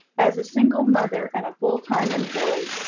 as a single mother and a full time employee,